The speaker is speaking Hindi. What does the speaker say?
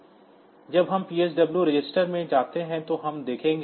जब हम PSW रजिस्टर में जाते हैं तो हम देखेंगे